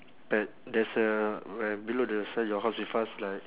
pad there's a where below the sell your house with us like